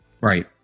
Right